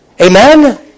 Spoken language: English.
Amen